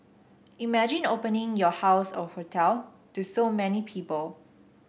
imagine opening your house or hotel to so many people